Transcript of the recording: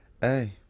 hey